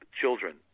children